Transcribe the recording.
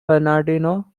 bernardino